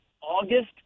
August